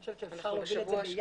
אני חושבת שנוכל להוביל את זה ביחד.